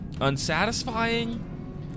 unsatisfying